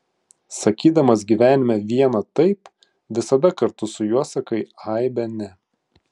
sakydamas gyvenime vieną taip visada kartu su juo sakai aibę ne